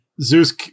Zeus